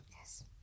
Yes